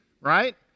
right